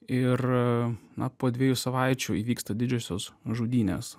ir na po dviejų savaičių įvyksta didžiosios žudynės